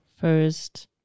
first